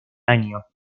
año